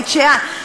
בית-שאן,